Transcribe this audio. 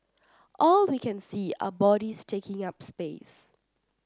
all we can see are bodies taking up space